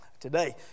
today